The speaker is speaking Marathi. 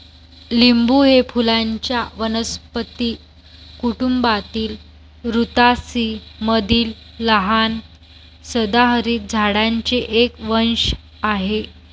लिंबू हे फुलांच्या वनस्पती कुटुंबातील रुतासी मधील लहान सदाहरित झाडांचे एक वंश आहे